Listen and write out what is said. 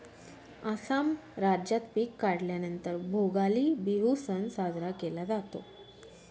आसाम राज्यात पिक काढल्या नंतर भोगाली बिहू सण साजरा केला जातो